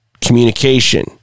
communication